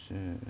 share